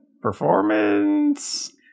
performance